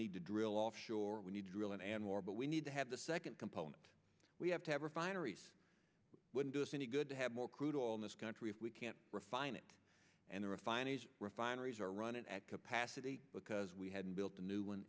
need to do sure we need to drill in anwar but we need to have the second component we have to have refineries wouldn't do us any good to have more crude oil in this country if we can't refine it and the refineries refineries are run at capacity because we hadn't built a new one